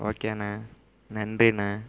ஓகேண்ண நன்றிண்ண